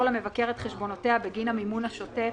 למבקר את חשבונותיה בגין המימון השוטף